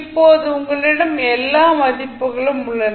இப்போது உங்களிடம் எல்லா மதிப்புகளும் உள்ளன